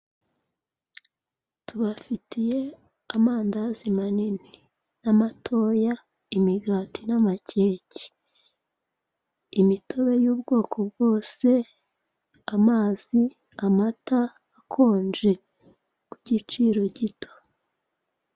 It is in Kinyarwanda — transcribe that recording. Tubafitiye amandazi manini, n'amatoya, imigati n'amakeke. Imitobe y'ubwoko bwose, amazi, amata akonje. Ku giciro gito.